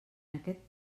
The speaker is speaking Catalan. aquest